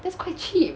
that's quite cheap